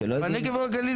בנגב ובגליל,